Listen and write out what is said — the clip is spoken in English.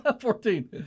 Fourteen